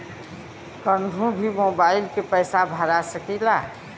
कन्हू भी मोबाइल के पैसा भरा सकीला?